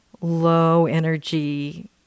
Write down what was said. low-energy